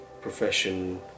profession